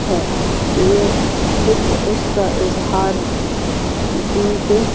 ہے یہ فکر اس کا اظہار ہے ڈیدے